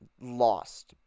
lost